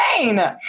insane